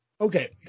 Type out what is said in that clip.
Okay